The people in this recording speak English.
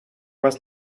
was